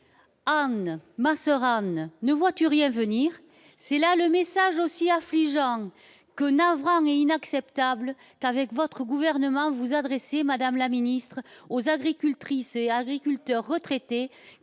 Anne, ma soeur Anne, ne vois-tu rien venir ?» C'est là le message aussi affligeant que navrant et inacceptable que vous adressez, avec votre gouvernement, madame la ministre, aux agricultrices et agriculteurs retraités,